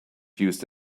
used